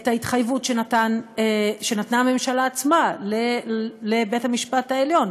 את ההתחייבות שנתנה הממשלה עצמה לבית-המשפט העליון,